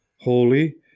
holy